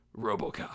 RoboCop